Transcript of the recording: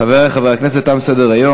חברי חברי הכנסת, תם סדר-היום.